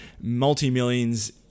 multi-millions